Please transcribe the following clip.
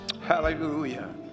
Hallelujah